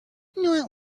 not